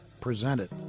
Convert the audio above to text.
presented